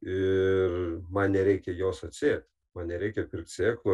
ir man nereikia jos atsėt man nereikia pirkt sėklų